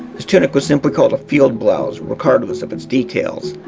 this tunic was simply called a field blouse regardless of its details.